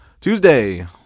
Tuesday